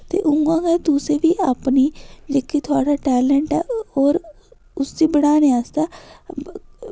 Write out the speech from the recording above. ते ऊ'यां गै तुसें बी अपनी जेह्का थोआढ़ा टैलंट ऐ और उस्सी बढ़ाने आस्तै